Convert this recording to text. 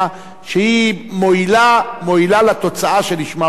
שמועילה לתוצאה שלשמה הוקמה המערכת.